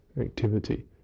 activity